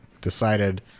decided